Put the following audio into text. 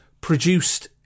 produced